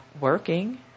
working